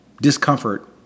discomfort